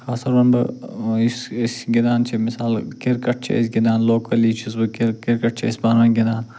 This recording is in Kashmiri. خاص کر وَنہٕ بہٕ یُس أسۍ گِنٛدان چھِ مثالہٕ کِرکَٹ چھِ أسۍ گِنٛدان لوکلی چھُس بہٕ کِرکَٹ چھِ أسۍ پانہٕ ؤنۍ گِنٛدان